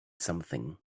something